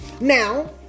Now